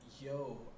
yo